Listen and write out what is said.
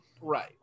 Right